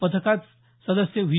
पथकात सदस्य व्ही